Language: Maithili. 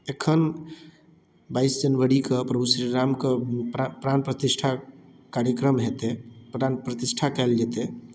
एखन बाइस जनवरी कऽ प्रभु श्रीरामके प्राण प्रतिष्ठा कार्यक्रम हेतै प्राण प्रतिष्ठा कयल जेतै